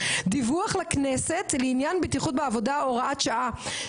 דיווח לכנסת לעניין בטיחות בעבודה הוראת שעה,